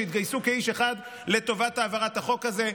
שהתגייסו כאיש אחד לטובת העברת החוק הזה.